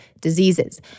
diseases